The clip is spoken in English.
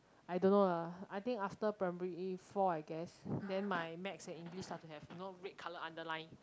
I don't know lah I think after primary four I guess then my maths and english start to have you know red colour underline